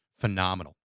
phenomenal